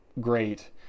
great